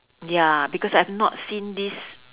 ya because I've not seen this